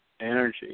energy